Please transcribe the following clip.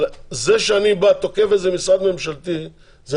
זה שאני בא ותוקף איזה משרד ממשלתי זה